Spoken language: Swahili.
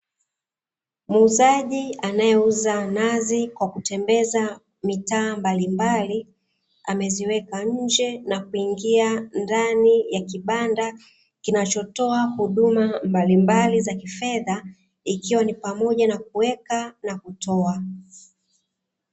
Muuzaji anaeuza nazi kwa kutembeza mitaa mbalimbali, ameziweka nje na kuingia ndani ya kibanda kinachotoa huduma mbalimbali za kifedha ikiwa ni pamoja na kuweka na kutoa.